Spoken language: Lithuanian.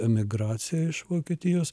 emigracija iš vokietijos